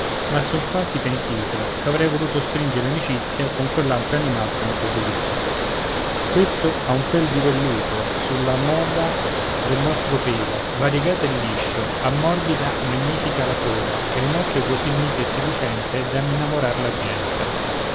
ma son quasi pentito ché avrei voluto stringere amicizia con quell'altro animal tanto pulito questo ha un pel di velluto sulla moda del nostro pelo variegato e liscio ha morbida magnifica la coda e un occhio così mite e sì lucente da innamorar la gente